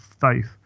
faith